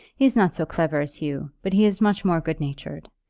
he's not so clever as hugh, but he is much more good-natured.